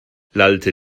lallte